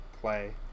play